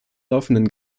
laufenden